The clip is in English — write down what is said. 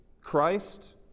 christ